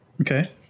Okay